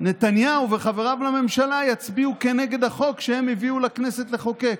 נתניהו וחבריו לממשלה יצביעו נגד החוק שהם הביאו לכנסת לחוקק.